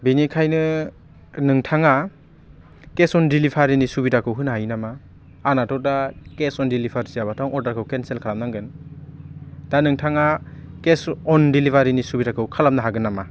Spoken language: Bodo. बेनिखायनो नोंथाङा केस अन देलिभारिनि सुबिदाखौ होनो हायो नामा आंनाथ' दा केस अन देलिभारि जायाबाथ' अदारखौ केन्सेल खालामनांगोन दा नोंथाङा केस अन देलिभारनि सुबिदाखौ खालानो हागोन नामा